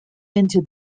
into